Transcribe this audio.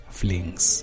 flings